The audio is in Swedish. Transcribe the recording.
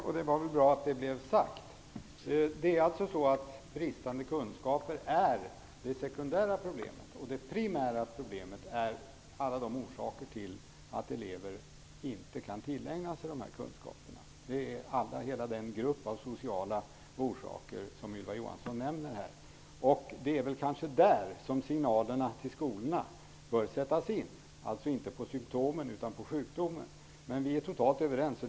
Fru talman! Tack för de orden! Det var väl bra att det blev sagt. Bristande kunskaper är alltså det sekundära problemet. Det primära problemet är alla de orsaker som finns till att elever inte kan tillägna sig de här kunskaperna. Det är hela den grupp av sociala orsaker som Ylva Johansson nämner. Det är kanske där som signalerna till skolorna bör sättas in, alltså inte på symtomen utan på sjukdomen. Men vi är totalt överens.